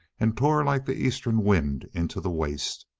and tore like the eastern wind into the waste.